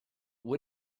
would